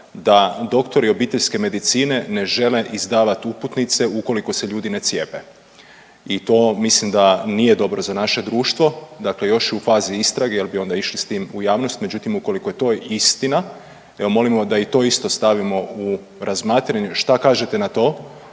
da doktori obiteljske medicine ne žele izdavati uputnice ukoliko se ljudi ne cijepe. I to mislim da nije dobro za naše društvo, dakle još je u fazi istrage jer bi onda išli s tim u javnost, međutim ukoliko je to istina evo molimo da i to isto stavimo u razmatranje šta kažete na to